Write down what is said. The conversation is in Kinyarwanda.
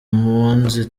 mpunzi